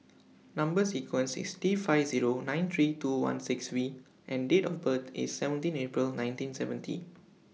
Number sequence IS T five Zero nine three two one six V and Date of birth IS seventeen April nineteen seventy